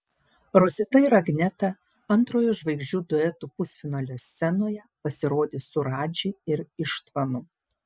rosita ir agneta antrojo žvaigždžių duetų pusfinalio scenoje pasirodys su radži ir ištvanu